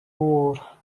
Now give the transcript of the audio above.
оор